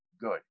good